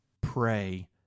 pray